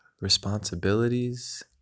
responsibilities